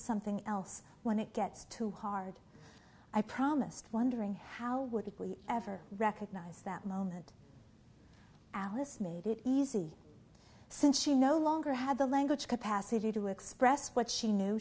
something else when it gets too hard i promised wondering how would we ever recognize that moment alice made it easy since she no longer had the language capacity to express what she knew